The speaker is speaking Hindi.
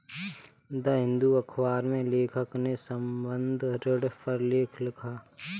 द हिंदू अखबार में लेखक ने संबंद्ध ऋण पर लेख लिखा